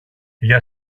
για